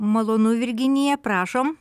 malonu virginija prašom